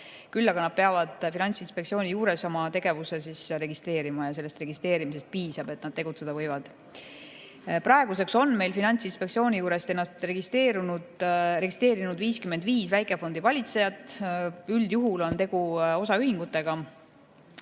Küll aga peavad nad Finantsinspektsiooni juures oma tegevuse registreerima ja sellest registreerimisest piisab selleks, et nad tegutseda võivad. Praeguseks on Finantsinspektsiooni juurest ennast registreerinud 55 väikefondi valitsejat. Üldjuhul on tegu osaühingutega.